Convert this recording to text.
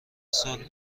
سال